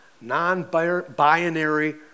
non-binary